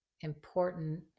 important